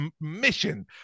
mission